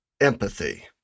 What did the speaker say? empathy